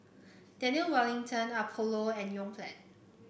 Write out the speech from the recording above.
Daniel Wellington Apollo and Yoplait